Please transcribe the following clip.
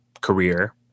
career